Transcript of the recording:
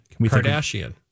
Kardashian